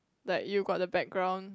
like you got the background